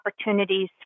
opportunities